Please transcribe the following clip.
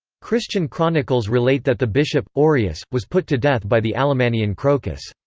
christian chronicles relate that the bishop, aureus, was put to death by the alemannian crocus.